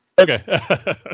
okay